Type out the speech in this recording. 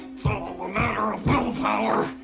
so a matter of willpower! a